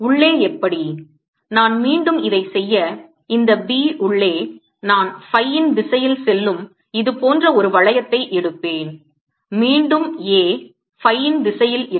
உள்ளே எப்படி நான் மீண்டும் இதை செய்ய இந்த B உள்ளே நான் phi ன் திசையில் செல்லும் இது போன்ற ஒரு வளையத்தை எடுப்பேன் மீண்டும் A phi ன் திசையில் இருக்கும்